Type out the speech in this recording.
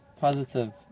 positive